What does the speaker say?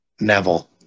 Neville